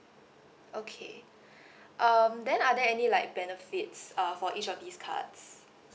okay um then are there any like benefits uh for each of these cards